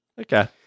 Okay